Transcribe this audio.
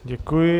Děkuji.